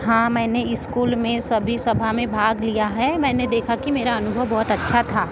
हाँ मैंने स्कूल में सभी सभा में भाग लिया है मैंने देखा की मेरा अनुभव बहुत अच्छा था